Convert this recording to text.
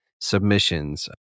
submissions